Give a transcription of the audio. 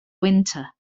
winter